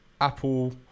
Apple